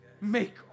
Make